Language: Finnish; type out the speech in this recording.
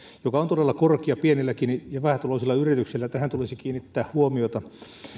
joka on todella korkea pienilläkin ja vähätuloisilla yrityksillä tähän tulisi kiinnittää huomiota